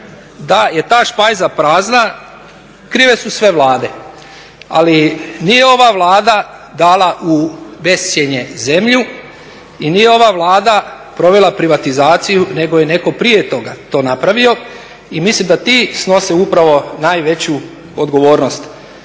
Da je ta špajza prazna krive su sve Vlade ali nije ova Vlada dala u bescjenje zemlju i nije ova Vlada provela privatizaciju nego je netko prije toga to napravio. I mislim da ti snose upravo najveću odgovornost.